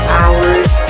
hours